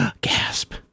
Gasp